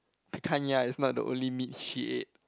and is not the only meat she ate